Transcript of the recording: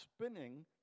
spinning